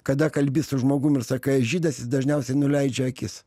kada kalbi su žmogum ir sakai aš žydas jis dažniausiai nuleidžia akis